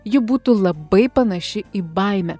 ji būtų labai panaši į baimę